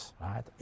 Right